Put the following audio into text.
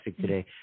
today